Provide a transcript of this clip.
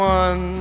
one